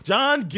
John